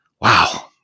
Wow